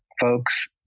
folks